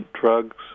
drugs